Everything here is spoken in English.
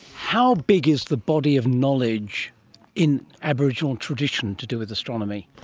how big is the body of knowledge in aboriginal tradition to do with astronomy?